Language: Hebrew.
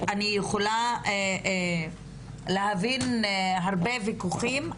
אני יכולה להבין הרבה ויכוחים,